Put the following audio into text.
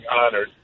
honored